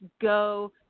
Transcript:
go –